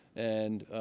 and